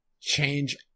change